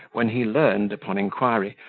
when he learned, upon inquiry,